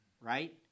right